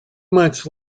months